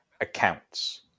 accounts